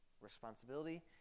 responsibility